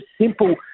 simple